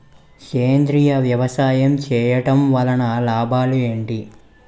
సేంద్రీయ వ్యవసాయం చేయటం వల్ల లాభాలు ఏంటి?